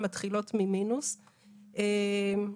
מתחילות ממינוס את החיים.